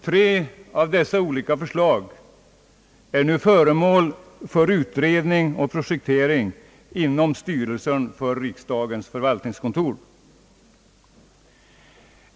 Tre av dessa olika förslag är nu föremål för utredning och projektering inom styrelsen för riksdagens förvaltningskontor.